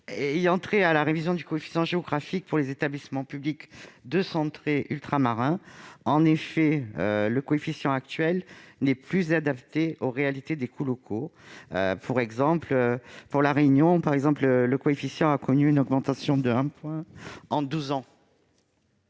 » -sur la révision du coefficient géographique pour les établissements publics de santé ultramarins. En effet, le coefficient actuel n'est plus adapté aux réalités des coûts locaux. Pour La Réunion, par exemple, le coefficient a connu une augmentation d'un point en douze ans.